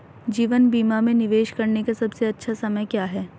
जीवन बीमा में निवेश करने का सबसे अच्छा समय क्या है?